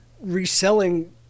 reselling